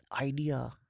idea